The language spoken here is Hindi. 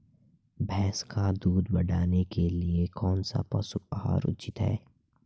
भैंस का दूध बढ़ाने के लिए कौनसा पशु आहार उचित है?